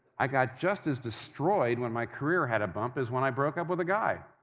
i got just as destroyed when my career had a bump as when i broke up with a guy.